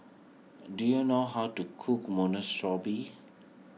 do you know how to cook Monsunabe